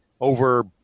over